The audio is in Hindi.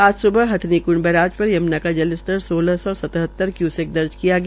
आज स्बह हथिनीक्ड बैराज पर यम्ना का जल स्तर सौलह सौ सत्त्हतर क्यूसेक दर्ज किया गया